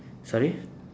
sorry